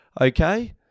okay